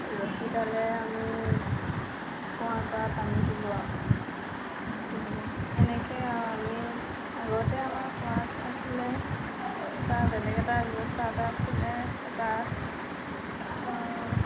ৰছীডালেৰে আমি কুঁৱাৰপৰা পানী তোলো আৰু সেনেকৈয়ে আৰু আমি আগতে আমাৰ কুঁৱা নাছিলে এটা বেলেগ এটা ব্যৱস্থা এটা আছিলে এটা